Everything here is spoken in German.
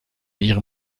ihrem